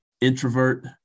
introvert